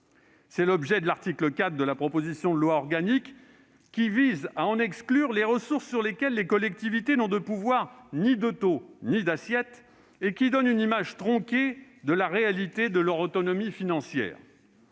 c'est l'objet de l'article 4 de la proposition de loi organique, qui vise à en exclure les ressources sur lesquelles les collectivités n'ont aucun pouvoir ni de taux ni d'assiette, et qui donnent une image tronquée de la réalité de leur autonomie financière.